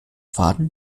faden